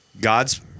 God's